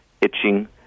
itching